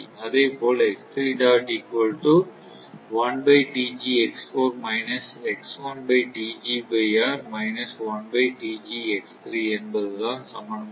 அதேபோல் என்பதுதான் சமன்பாடு